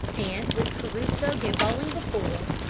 and, with crusoe gambolling before,